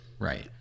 right